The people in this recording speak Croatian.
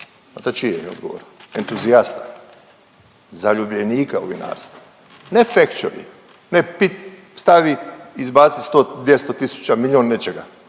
Znate čije je odgovor, entuzijasta. Zaljubljenika u vinarstvo, ne factury, ne pit, stavi, izbaci 100, 200 tisuća, milijun nečega.